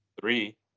three